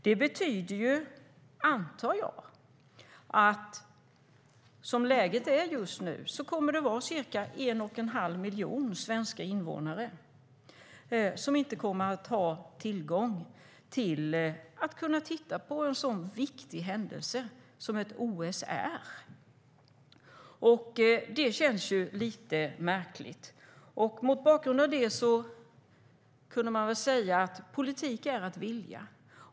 Jag antar att det betyder att som läget är just nu kommer det att vara cirka en och en halv miljon svenska invånare som inte kommer att ha tillgång till att titta på en sådan viktig händelse som ett OS är. Det känns lite märkligt. Mot bakgrund av detta skulle man kunna säga att politik är att vilja.